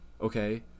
Okay